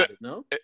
no